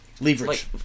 leverage